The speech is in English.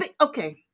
okay